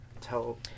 Tell